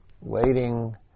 waiting